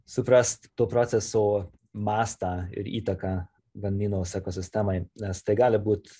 suprast to proceso mastą ir įtaką vanynos ekosistemai nes tai gali būt